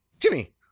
Jimmy